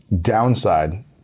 downside